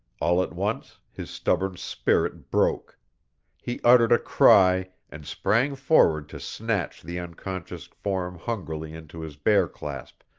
all at once his stubborn spirit broke he uttered a cry, and sprang forward to snatch the unconscious form hungrily into his bear clasp,